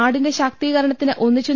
നാടിന്റെ ശാക്തീകരണത്തിന് ഒന്നിച്ചു